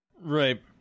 Right